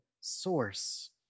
source